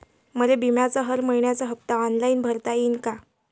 मले बिम्याचा हर मइन्याचा हप्ता ऑनलाईन भरता यीन का?